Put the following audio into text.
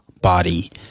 body